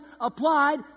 applied